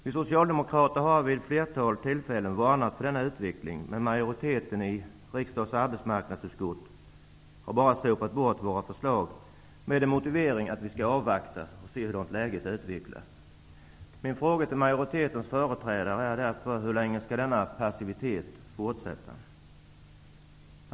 Vi socialdemokrater har vid ett flertal tillfällen varnat för denna utveckling, men majoriteten i riksdagens arbetsmarknadsutskott har bara sopat bort våra förslag, med motiveringen att vi skall avvakta hur läget utvecklas. Min fråga till majoritetens företrädare är därför: Hur länge skall denna passivitet fortsätta?